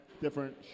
Different